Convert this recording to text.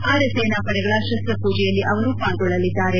ಅರೆ ಸೇನಾ ಪಡೆಗಳ ಶಸ್ತ ಪೂಜೆಯಲ್ಲಿ ಅವರು ಪಾಲ್ಗೊಳ್ಳಲಿದ್ದಾರೆ